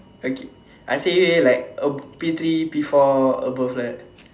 okay I say like uh P three P four above like that